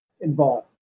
involved